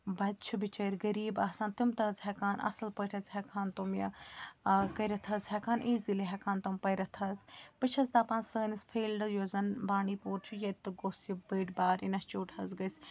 بَچہِ چھِ بِچٲرۍ غریٖب آسان تم تہِ حظ ہٮ۪کہَن اَصٕل پٲٹھۍ حظ ہٮ۪کہَن تم یہِ کٔرِتھ حظ ہٮ۪کہَن ایٖزِیٖلی ہٮ۪کہَن تم پٔرِتھ حظ بہٕ چھَس دَپان سٲنِس فیٖلڈٕ یُس زَن بانٛڈی پوٗر چھُ ییٚتہِ تہِ گوٚژھ یہِ بٔڑۍ بار اِنَسچوٗٹ حظ گٔژھۍ